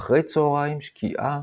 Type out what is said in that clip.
אחרי הצהריים, שקיעה,